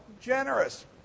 generous